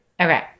Okay